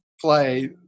play